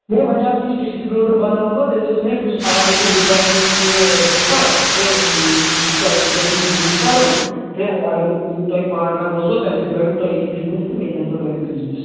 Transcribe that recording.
میٚے وَنیٛاو تٔمِس ڈِسٹرٛبیٛوٗٹَر بَناوہوتھ تٔمۍ دوٚپ دوٚپُن ہے بہٕ چھُس آلریڈی بِکانووَس یہِ سُپَر تہٕ بہٕ چھُس تۄہہِ سۭتۍ یَژھان بِزنِس کَرُن تہٕ اگر بہٕ تُہُنٛد تۄہہِ پاٹنَر روزو تَمہِ سۭتۍ بَڈِوٕ تۄہہِ تہِ بِزنِس تہٕ میٚتہِ ہَسا بَڈِ بِزنِس